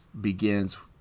begins